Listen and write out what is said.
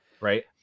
right